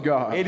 God